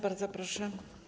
Bardzo proszę.